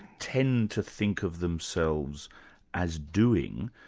tend to think of themselves as doing,